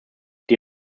die